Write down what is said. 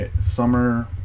summer